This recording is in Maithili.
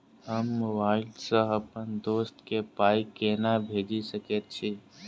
हम मोबाइल सअ अप्पन दोस्त केँ पाई केना भेजि सकैत छी?